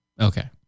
Okay